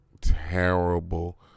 terrible